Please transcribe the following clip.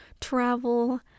travel